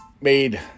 made